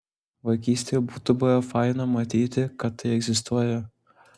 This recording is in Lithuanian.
vaikystėje būtų buvę faina matyti kad tai egzistuoja